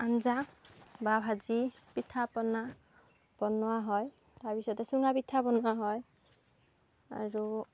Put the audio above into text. আঞ্জা বা ভাজি পিঠা পনা বনোৱা হয় তাৰপিছতে চুঙা পিঠা বনোৱা হয় আৰু